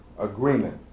Agreement